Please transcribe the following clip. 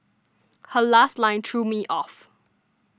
her last line threw me off